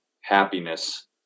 happiness